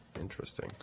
Interesting